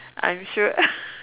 I'm sure